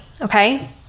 okay